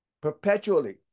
Perpetually